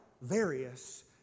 various